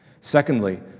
Secondly